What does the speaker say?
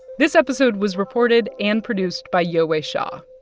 this episode was reported and produced by yowei shaw,